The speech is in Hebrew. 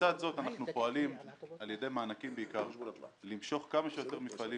לצד זה אנחנו פועלים על ידי מענקים בעיקר למשוך כמה שיותר מפעלים